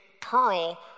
Pearl